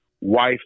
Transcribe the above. wife